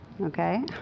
Okay